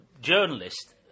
journalist